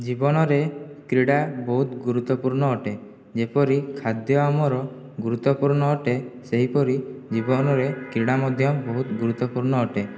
ଜୀବନରେ କ୍ରୀଡ଼ା ବହୁତ ଗୁରୁତ୍ଵପୂର୍ଣ ଅଟେ ଯେପରି ଖାଦ୍ୟ ଆମର ଗୁରୁତ୍ୱପୂର୍ଣ ଅଟେ ସେହିପରି ଜୀବନରେ କ୍ରୀଡ଼ା ମଧ୍ୟ ବହୁତ ଗୁରୁତ୍ଵପୂର୍ଣ ଅଟେ